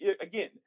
again